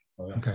okay